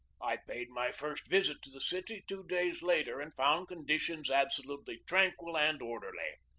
i paid my first visit to the city two days later, and found conditions absolutely tranquil and orderly.